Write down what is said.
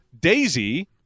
daisy